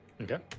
Okay